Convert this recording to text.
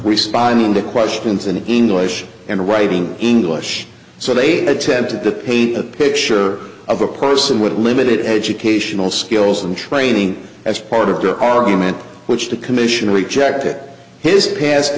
responding to questions in english and writing english so they attempted to paint a picture of a person with limited educational skills and training as part of the argument which the commission rejected his past